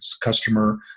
customer